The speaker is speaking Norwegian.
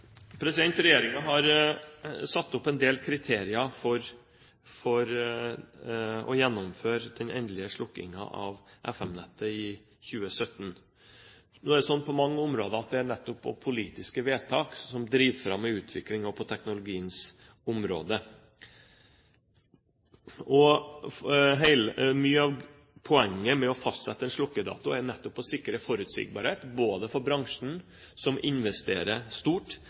har satt opp en del kriterier for å gjennomføre den endelige slukkingen av FM-nettet i 2017. Nå er det sånn på mange områder at det nettopp er politiske vedtak som driver fram en utvikling, også på teknologiens område. Mye av poenget med å fastsette en slukkedato er nettopp å sikre forutsigbarhet både for bransjen, som investerer stort,